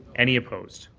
any opposed?